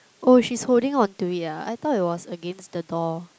oh she's holding on to it ah I thought it was against the door